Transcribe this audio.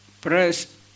press